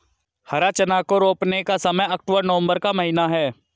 हरा चना को रोपने का समय अक्टूबर नवंबर का महीना है